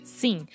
sim